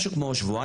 משהו כמו שבועיים,